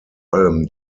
allem